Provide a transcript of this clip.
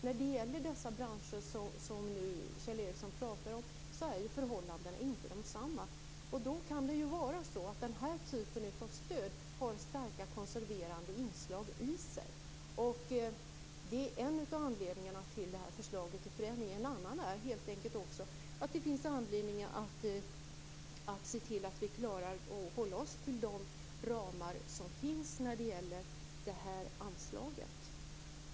När det gäller de branscher som Kjell Ericsson nu pratar om är förhållandena inte desamma. Denna typ av stöd kan ha starka konserverande inslag i sig. Det är en av anledningarna till förslaget till förändringar. En annan är att det helt enkelt finns anledning att se till att vi klarar att hålla oss till de ramar som finns när det gäller anslaget.